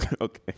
Okay